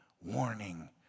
warning